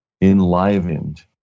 enlivened